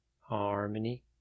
harmony